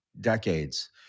decades